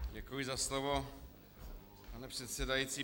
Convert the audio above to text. Děkuji za slovo, pane předsedající.